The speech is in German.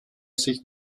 sich